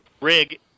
rig